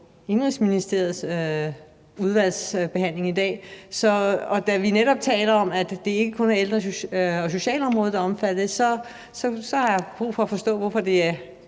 Indenrigs- og Boligudvalget i dag, og da vi netop taler om, at det ikke kun er ældre- og socialområdet, der er omfattet, har jeg brug for at forstå, hvorfor det er